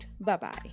Bye-bye